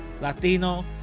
Latino